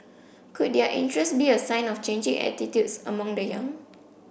could their interest be a sign of changing attitudes amongst the young